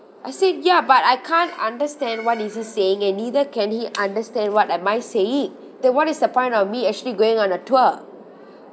I said ya but I can't understand what he is saying and neither can he understand what am I saying then what is the point of me actually going on a tour